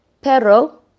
pero